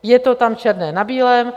Je to tam černé na bílém.